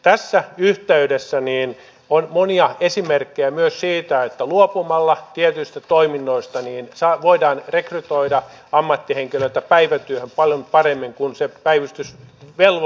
tässä yhteydessä on monia esimerkkejä myös siitä että luopumalla tietyistä toiminnoista voidaan rekrytoida ammattihenkilöitä päivätyöhön paljon paremmin kun se päivystysvelvollisuus loppuu